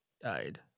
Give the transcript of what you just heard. died